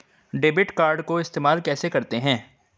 Debit card को इस्तेमाल कैसे करते हैं?